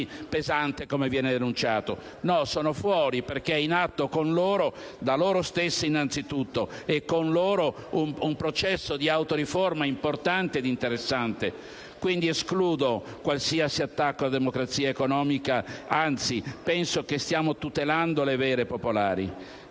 pesante, come viene denunciato. No, sono fuori, perché è in atto con loro (innanzitutto da loro stessi e con loro) un processo di autoriforma importante ed interessante. Quindi, escludo qualsiasi attacco alla democrazia economica; anzi, penso che stiamo tutelando le vere popolari.